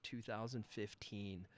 2015